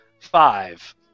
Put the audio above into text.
five